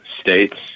states